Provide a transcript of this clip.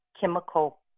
chemical